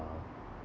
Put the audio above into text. are